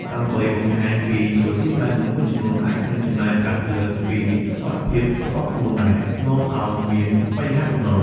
ដើម្បីបង្ហាញពីជីវិតស៊ីវិល័យ មនុស្សមួយចំនួនអាចនឹងចំណាយប្រាក់លើសពីលទ្ធភាពរបស់ខ្លួន ដែលនាំឱ្យមានបញ្ហាបំណុល។